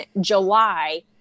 July